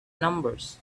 numbers